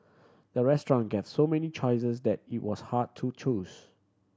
the restaurant gets so many choices that it was hard to choose